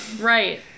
Right